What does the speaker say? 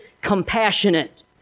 compassionate